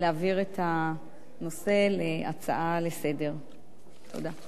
להעביר את הנושא כהצעה לסדר-היום.